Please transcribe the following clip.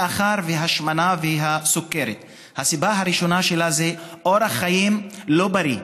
מאחר שהסיבה הראשונית להשמנה וסוכרת היא אורח חיים לא בריא,